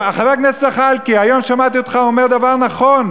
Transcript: חבר הכנסת זחאלקה, היום שמעתי אותך אומר דבר נכון.